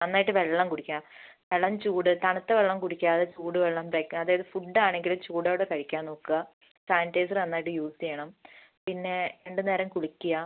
നന്നായിട്ട് വെള്ളം കുടിക്കുക ഇളം ചൂട് തണുത്ത വെള്ളം കുടിക്കാതെ ചൂട് വെള്ളം കഴിക്കുക അതായത് ഫുഡ് ആണെങ്കില് ചൂടോടെ കഴിക്കാൻ നോക്കുക സാനിറ്റയിസർ നന്നായിട്ട് യൂസ് ചെയ്യണം പിന്നെ രണ്ട് നേരം കുളിക്കുക